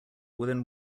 within